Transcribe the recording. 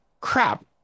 crap